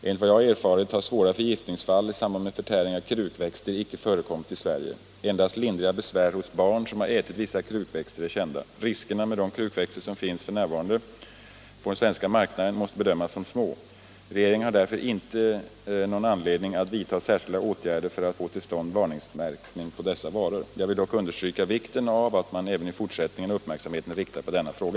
Enligt vad jag erfarit har svåra förgiftningsfall i samband med förtäring av krukväxter inte förekommit i Sverige. Endast lindriga besvär hos barn som har ätit vissa krukväxter är kända. Riskerna med de krukväxter som f.n. finns på den svenska marknaden måste bedömas som små. Regeringen har därför inte någon anledning att vidta särskilda åtgärder för att få till stånd varningsmärkning av dessa varor. Jag vill dock understryka vikten av att man även i fortsättningen har uppmärksamheten riktad på denna fråga.